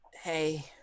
Hey